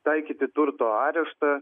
taikyti turto areštą